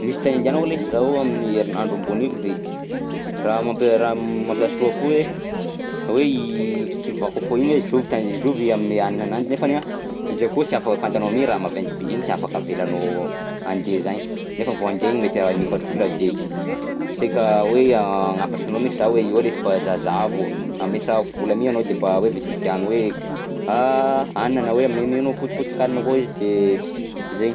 Misy tany andianako lesy zao amin'ny herinandro ambony io de raha mampia- raha mampiasa lohako io hoe hoe i kivàko akao iny hoe zovy tany zovy zovy hanome hanina ananjy nefany a izy akao tsy afa- fantanao mi raha maventy be igny tsy afaka avelagnao andeha zagny, nefa vao andeha igny mety hanifatr'olona de saika hoe hagnafatra anao lesy zaho hoe io lesy mba zahazahavo. Ametrahako vola mi ianao de mba hoe vidividiano hoe ah hanina na hoe amemenao potipotin-kanina koa izy de zainy.